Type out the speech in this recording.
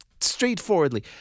straightforwardly